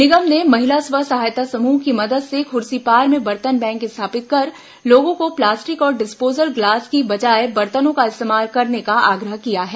निगम ने महिला स्व सहायता समूह की मदद से खुर्सीपार में बर्तन बैंक स्थापित कर लोगों को प्लास्टिक और डिस्पोजल गिलास की बजाय बर्तनों का इस्तेमाल करने का आग्रह किया है